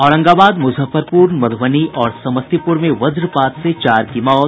औरंगाबाद मुजफ्फरपुर मधुबनी और समस्तीपुर में वज्रपात से चार की मौत